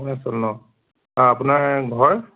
অৰুণাচল নহ্ হা আপোনাৰ ঘৰ